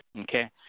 Okay